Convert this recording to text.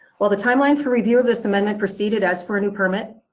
well, the timeline for review of this amendment proceeded as for a new permit.